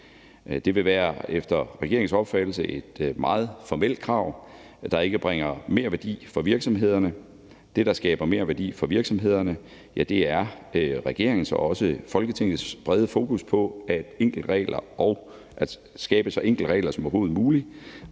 et meget formelt krav, der ikke bringer mere værdi for virksomhederne. Det, der skaber mere værdi for virksomhederne, er regeringens og også Folketingets brede fokus på enkle regler og at